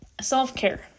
Self-care